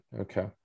okay